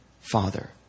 father